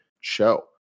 show